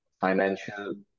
financial